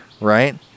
right